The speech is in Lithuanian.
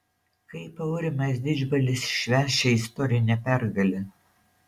kaip aurimas didžbalis švęs šią istorinę pergalę